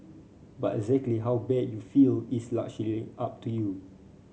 but exactly how bad you will feel is largely up to you